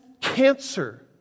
cancer